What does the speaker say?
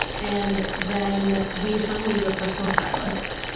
and then we assign you to a personal stylist.